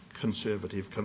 conservative